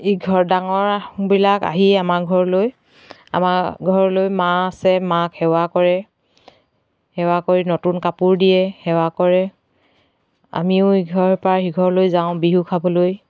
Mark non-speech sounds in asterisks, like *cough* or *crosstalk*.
*unintelligible* ডাঙৰবিলাক আহি আমাৰ ঘৰলৈ আমাৰ ঘৰলৈ মা আছে মাক সেৱা কৰে সেৱা কৰি নতুন কাপোৰ দিয়ে সেৱা কৰে আমিও ইঘৰৰ পৰা সিঘৰলৈ যাওঁ বিহু খাবলৈ